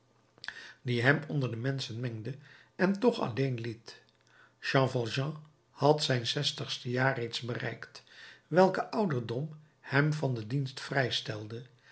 die hem onder de menschen mengde en toch alleen liet jean valjean had zijn zestigste jaar reeds bereikt welke ouderdom hem van den dienst vrijstelde